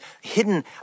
hidden